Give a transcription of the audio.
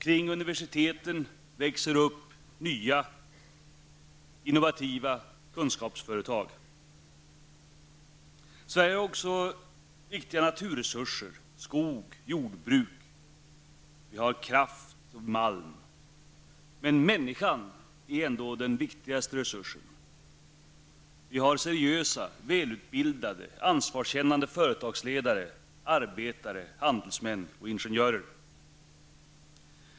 Kring universiteten växer det upp nya, innovativa kunskapsföretag. Sverige har också viktiga naturresurser, skog och jordbruk. Vi har kraft och malm. Men människan är ändå den viktigaste resursen. Vi har seriösa, välutbildade och ansvarskännande företagsledare, arbetare, handelsmän och ingenjörer.